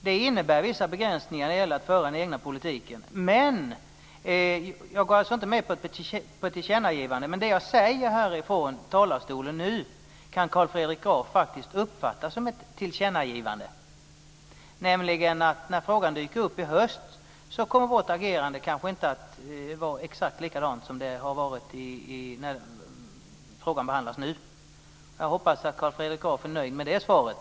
Det innebär vissa begränsningar när det gäller att föra den egna politiken. Jag är alltså inte med på ett tillkännagivande, men det som jag säger här nu i talarstolen kan Carl Fredrik Graf uppfatta som ett tillkännagivande. När frågan dyker upp i höst kommer vårt agerande kanske inte att vara exakt likadant som det har varit i samband med den fråga som behandlas nu. Jag hoppas att Carl Fredrik Graf är nöjd med det svaret.